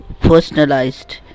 personalized